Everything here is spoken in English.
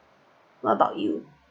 what about you